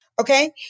okay